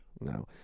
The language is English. No